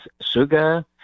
sugar